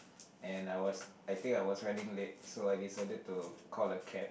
and I was I think I was running late so I decided to call a cab